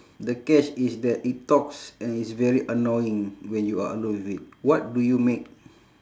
the catch is that it talks and it's very annoying when you are alone with it what do you make